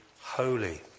holy